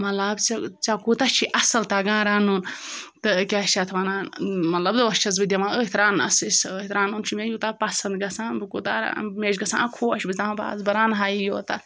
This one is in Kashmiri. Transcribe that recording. مطلب ژےٚ ژےٚ کوٗتاہ چھِ اَصٕل تَگان رَنُن تہٕ کیٛاہ چھِ اَتھ وَنان مطلب دۄہ چھٮ۪س بہٕ دِوان أتھۍ رَننَس سٕے سۭتۍ رَنُن چھُ مےٚ یوٗتاہ پَسنٛد گژھان بہٕ کوٗتاہ رن مےٚ چھُ گژھان خۄش بہٕ چھٮ۪س دَپان بَس بہٕ رَنہٕ ہا یوتاہ